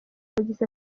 yagize